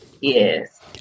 Yes